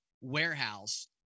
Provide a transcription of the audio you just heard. warehouse